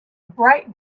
bright